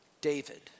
David